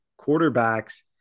quarterbacks